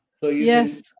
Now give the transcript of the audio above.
yes